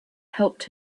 helped